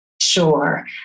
Sure